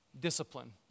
discipline